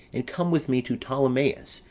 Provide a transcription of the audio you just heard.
and come with me to ptolemais,